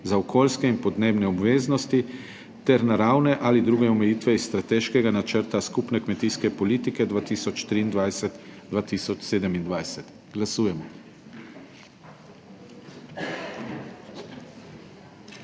za okoljske in podnebne obveznosti, naravne ali druge omejitve iz Strateškega načrta skupne kmetijske politike 2023–2027. Glasujemo.